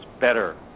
better